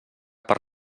per